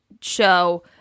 show